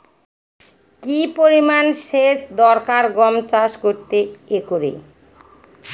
কি পরিমান সেচ দরকার গম চাষ করতে একরে?